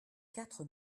quatre